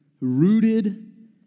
rooted